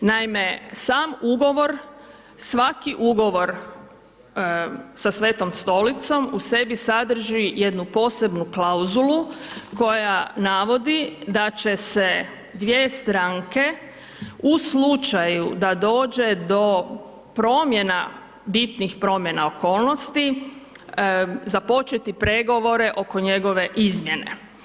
Naime, sam ugovor, svaki ugovor sa Svetom Stolicom u sebi sadrži jednu posebnu klauzulu koja navodi da će se dvije stranke u slučaju da dođe do promjena, bitnih promjena okolnosti započeti pregovore oko njegove izmjene.